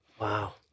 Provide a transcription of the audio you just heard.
Wow